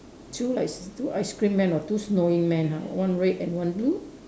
two ice two ice cream man or two snowy man ha one red and one blue